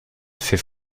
fait